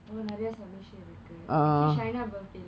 oh நிறைய:niraiya submission இருக்கு:irukku actually shina birthday